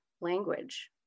language